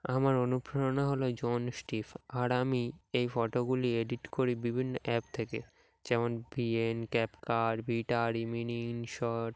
আমার অনুপ্রেরণা হলো জন স্টিফ আর আমি এই ফটোগুলি এডিট করি বিভিন্ন অ্যাপ থেকে যেমন বিএন ক্যাপকার্ট বিটার রেমিনি শর্ট